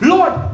Lord